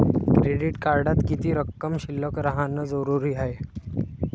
Credit कार्डात किती रक्कम शिल्लक राहानं जरुरी हाय?